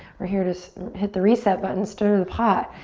we're here to hit the reset button, stir the pot.